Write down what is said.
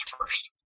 first